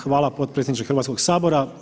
Hvala potpredsjedniče Hrvatskog sabora.